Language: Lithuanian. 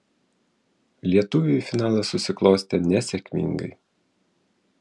lietuviui finalas susiklostė nesėkmingai